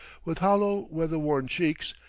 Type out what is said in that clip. with hollow weather-worn cheeks,